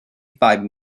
five